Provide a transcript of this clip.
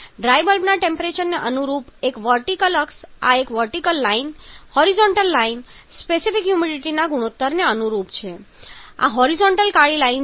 dry બલ્બના ટેમ્પરેચરને અનુરૂપ એક વર્ટિકલ અક્ષ આ vertical line horizontal line specific હ્યુમિડિટીના ગુણોત્તરને અનુરૂપ છે આ હોરિઝોન્ટલ કાળી લાઈન છે